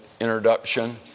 introduction